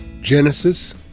Genesis